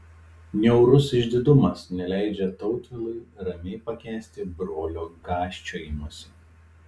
niaurus išdidumas neleidžia tautvilui ramiai pakęsti brolio gąsčiojimosi